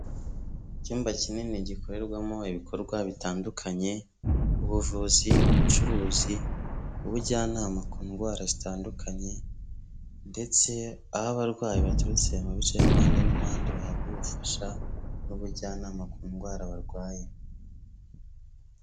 Icyumba kinini gikorerwamo ibikorwa bitandukanye, ubuvuzi, ubucuruzi, ubujyanama ku ndwara zitandukanye ndetse aho abarwayi baturutse, mu bice impande n'impande bahabwa ubufasha n'ubujyanama ku ndwara barwaye.